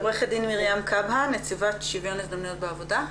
עו"ד מרים כהבא, נציגת שוויון הזדמנויות בעבודה.